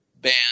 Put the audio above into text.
ban